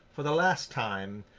for the last time,